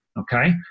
okay